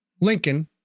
Lincoln